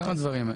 כמה דברים.